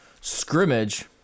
scrimmage